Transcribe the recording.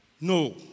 No